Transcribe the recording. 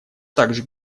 также